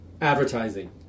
advertising